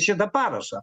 šitą parašą